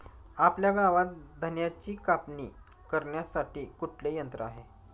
आपल्या गावात धन्याची कापणी करण्यासाठी कुठले यंत्र आहे?